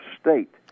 state